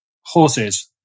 horses